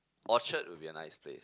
Orchard would be a nice place